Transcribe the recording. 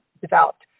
developed